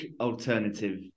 alternative